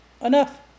enough